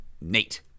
Nate